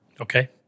Okay